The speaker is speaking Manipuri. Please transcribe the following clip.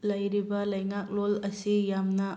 ꯂꯩꯔꯤꯕ ꯂꯩꯉꯥꯛꯂꯣꯜ ꯑꯁꯤ ꯌꯥꯝꯅ